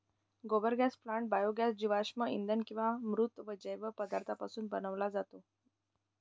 गोबर gas plant biogas जीवाश्म इंधन किंवा मृत जैव पदार्थांपासून बनवता येतो